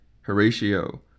Horatio